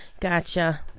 Gotcha